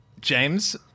James